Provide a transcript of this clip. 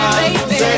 baby